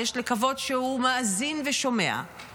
ויש לקוות שהוא מאזין ושומע,